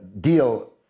deal